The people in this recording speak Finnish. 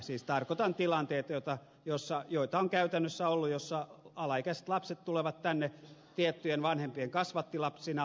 siis tarkoitan tilanteita joita on käytännössä ollut joissa alaikäiset lapset tulevat tänne tiettyjen vanhempien kasvattilapsina